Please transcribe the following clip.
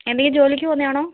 എന്തെങ്കിലും ജോലിക്ക് പോവുന്നതാണോ